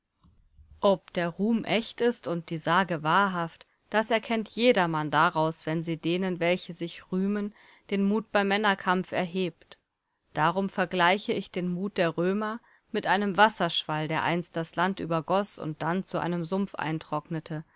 ob der ruhm echt ist und die sage wahrhaft das erkennt jedermann daraus wenn sie denen welche sich rühmen den mut beim männerkampf erhebt darum vergleiche ich den mut der römer mit einem wasserschwall der einst das land übergoß und dann zu einem sumpf eintrocknete